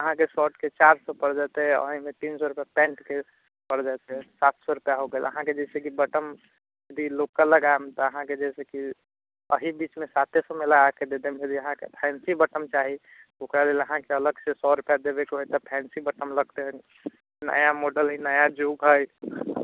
अहाँके शर्टके चारि सओ पड़ि जेतै ओहिमे तीन सओ रुपैआ पैन्टके पड़ि जेतै सात सओ रुपैआ हो गेल अहाँके जइसे कि बटम यदि लोकल लगैम अहाँके जइसे कि एहि बीचमे साते सओमे लगाकऽ दऽ देब यदि अहाँके फैन्सी बटम चाही ओकरा लेल अहाँके सओ रुपैआ अलगसँ देबैके हेतै फैन्सी बटम लगतै नया मॉडल हइ नया जोब हइ